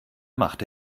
machte